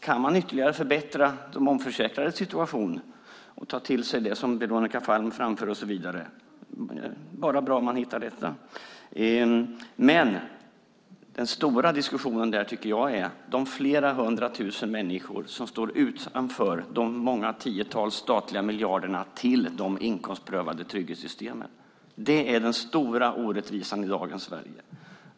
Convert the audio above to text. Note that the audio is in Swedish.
Kan man ytterligare förbättra de omförsäkrades situation, ta till sig det som Veronica Palm framför och så vidare är det bara bra. Men den stora diskussionen tycker jag är de flera hundra tusen människor som står utanför de många tiotals statliga miljarderna till de inkomstprövade trygghetssystemen. Det är den stora orättvisan i dagens Sverige.